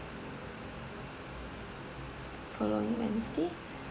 hold on let me see